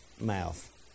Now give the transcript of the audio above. mouth